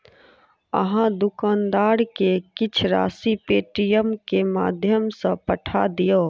अहाँ दुकानदार के किछ राशि पेटीएमम के माध्यम सॅ पठा दियौ